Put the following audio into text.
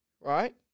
right